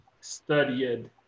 studied